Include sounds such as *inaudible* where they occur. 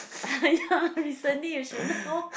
*laughs* ya recently you should know